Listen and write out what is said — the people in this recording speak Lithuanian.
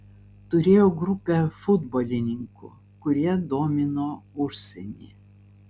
turėjau grupę futbolininkų kurie domino užsienį